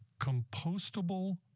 compostable